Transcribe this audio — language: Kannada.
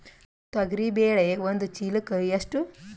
ತೊಗರಿ ಬೇಳೆ ಒಂದು ಚೀಲಕ ಎಷ್ಟು?